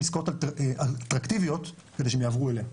עסקאות אטרקטיביות כדי שהם יעברו אליהם.